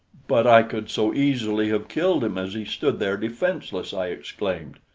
but i could so easily have killed him as he stood there defenseless! i exclaimed.